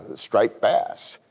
striped bass.